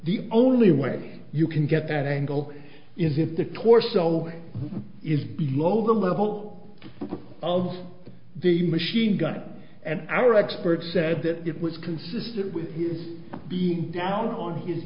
the only way you can get that angle is if the torso is below the level of the machine gun and our experts said that it was consistent with his being down on his